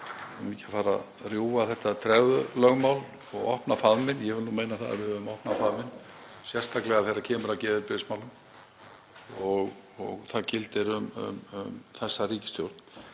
það megi ekki fara að rjúfa þetta tregðulögmál og opna faðminn þá vil ég meina að við höfum nú opnað faðminn, sérstaklega þegar kemur að geðheilbrigðismálum, og það gildir um þessa ríkisstjórn.